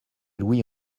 louis